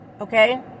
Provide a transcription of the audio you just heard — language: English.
Okay